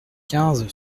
quinze